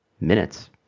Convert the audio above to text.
minutes